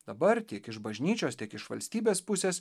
dabar tiek iš bažnyčios tiek iš valstybės pusės